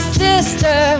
sister